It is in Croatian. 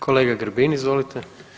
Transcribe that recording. Kolega Grbin, izvolite.